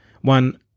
One